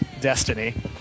Destiny